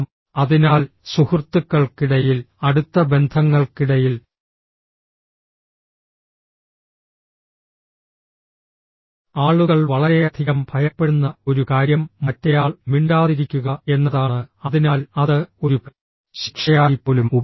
അതിനാൽ സുഹൃത്തുക്കൾക്കിടയിൽ അടുത്ത ബന്ധങ്ങൾക്കിടയിൽ ആളുകൾ വളരെയധികം ഭയപ്പെടുന്ന ഒരു കാര്യം മറ്റേയാൾ മിണ്ടാതിരിക്കുക എന്നതാണ് അതിനാൽ അത് ഒരു ശിക്ഷയായി പോലും ഉപയോഗിക്കാം